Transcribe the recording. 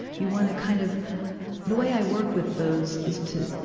you wanna kind of the way i work with those is to,